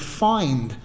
find